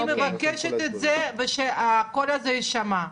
אני מבקשת את זה ושהקול הזה יישמע,